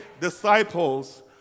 disciples